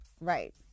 Right